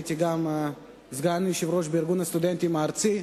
והייתי גם סגן יושב-ראש בארגון הסטודנטים הארצי,